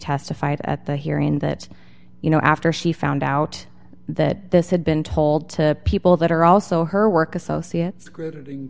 testified at the hearing that you know after she found out that this had been told to people that are also her work associates